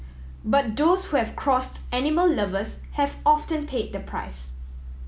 but those who have crossed animal lovers have often paid the price